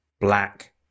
black